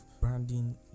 branding